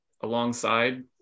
alongside